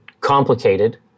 Complicated